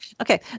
Okay